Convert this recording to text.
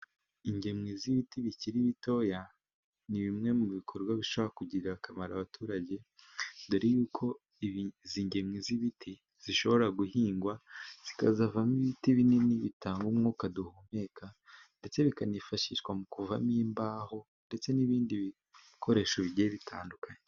Ingemwe z'ibiti bikiri bitoya ni bimwe mu bikorwa bishobora kugirira akamaro abaturage dore y'uko izi ngemwe z'ibiti zishobora guhingwa zikazavamo ibiti binini bitanga umwuka duhumeka ,ndetse bikanifashishwa mu kuvamo imbaho ndetse n'ibindi bikoresho bigiye bitandukanye.